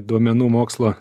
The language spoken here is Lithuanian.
duomenų mokslą